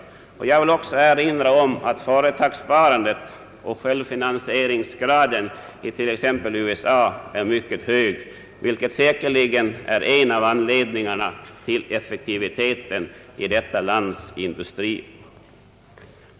Jag vill också erinra om att företagssparandet och självfinansieringsgraden it.ex. USA är mycket hög, vilket säkerligen är en av anledningarna till effektiviteten i detta lands industri.